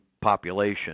population